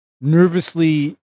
nervously